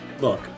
look